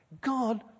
God